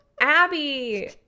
Abby